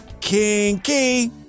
kinky